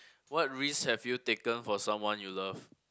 what risk have you taken for someone you love